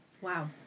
Wow